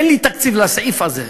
אין לי תקציב לסעיף הזה,